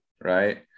right